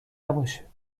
نباشه